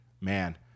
man